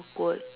awkward